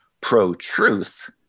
pro-truth